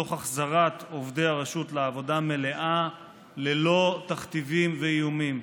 תוך החזרת עובדי הרשות לעבודה מלאה ללא תכתיבים ואיומים.